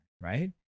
right